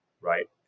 right